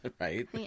Right